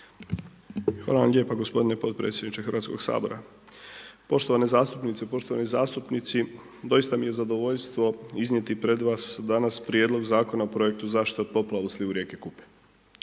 Hvala vam lijepa gospodine podpredsjedniče Hrvatskog sabora, poštovane zastupnice i poštovani zastupnici doista mi je zadovoljstvo iznijeti pred vas danas Prijedlog zakona o projektu zaštite od poplava u slivu rijeke Kupe.